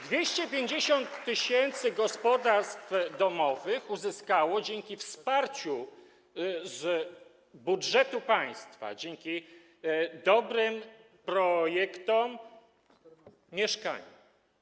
250 tys. gospodarstw domowych uzyskało dzięki wsparciu z budżetu państwa, dzięki dobrym projektom mieszkania.